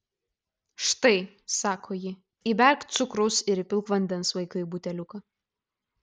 štai sako ji įberk cukraus ir įpilk vandens vaikui į buteliuką